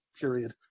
Period